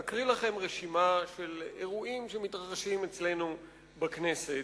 אקריא לכם רשימה של אירועים שמתרחשים אצלנו בכנסת,